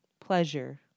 Pleasure